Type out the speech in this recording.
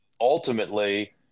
ultimately